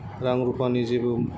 रां रुफानि जेबो